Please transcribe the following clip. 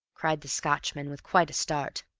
cried the scotchman, with quite a start.